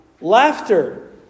Laughter